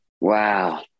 Wow